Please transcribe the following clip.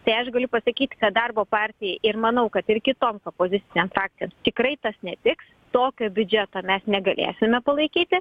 tai aš galiu pasakyt kad darbo partijai ir manau kad ir kitoms opozicinėms frakcijoms tikrai tas netiks tokio biudžeto mes negalėsime palaikyti